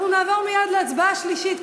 אנחנו נעבור מייד לקריאה השלישית.